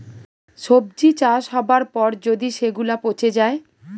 সবজি চাষ হবার পর যদি সেগুলা পচে যায়